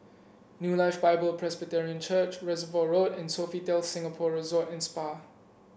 New Life Bible Presbyterian Church Reservoir Road and Sofitel Singapore Resort and Spa